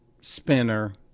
spinner